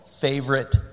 favorite